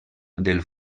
del